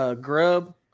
grub